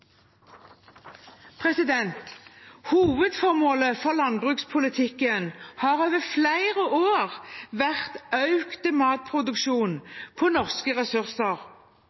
Hovedformålet for landbrukspolitikken har over flere år vært økt matproduksjon på norske ressurser.